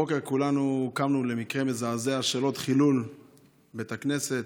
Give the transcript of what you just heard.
הבוקר כולנו קמנו למקרה מזעזע של עוד חילול בית כנסת,